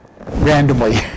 randomly